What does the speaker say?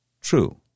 true